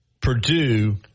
Purdue